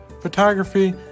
photography